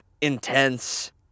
intense